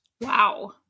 Wow